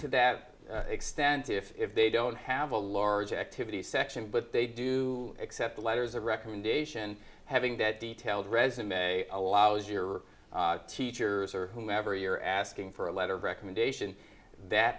to that extent if they don't have a large activity section but they do accept the letters of recommendation having that detailed resume allows your teachers or whomever you're asking for a letter of recommendation that